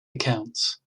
accounts